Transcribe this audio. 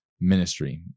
ministry